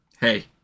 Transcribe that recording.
Hey